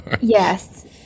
Yes